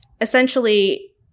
essentially